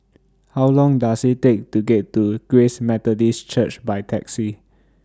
How Long Does IT Take to get to Grace Methodist Church By Taxi